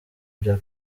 bya